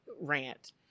rant